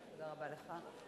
תודה רבה לך.